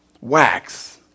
wax